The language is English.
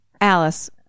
Alice